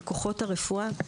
כוחות הרפואה,